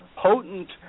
Potent